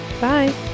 Bye